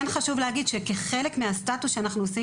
כן חשוב להגיד שכחלק מהסטטוס שאנחנו עושים